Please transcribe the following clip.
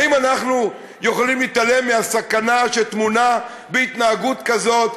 האם אנחנו יכולים להתעלם מהסכנה שטמונה בהתנהגות כזאת,